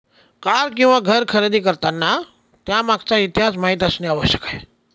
car किंवा घर खरेदी करताना त्यामागचा इतिहास माहित असणे आवश्यक आहे